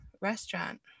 restaurant